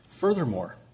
Furthermore